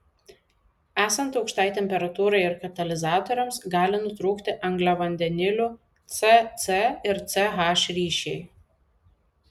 esant aukštai temperatūrai ir katalizatoriams gali nutrūkti angliavandenilių c c ir c h ryšiai